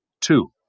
two